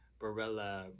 Barella